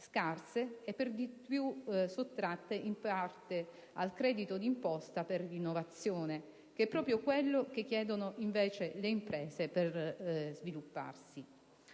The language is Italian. e, per di più, sottratte in parte al credito di imposta per l'innovazione, che è proprio quello che chiedono invece le imprese per svilupparsi.